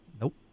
Nope